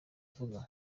ivuga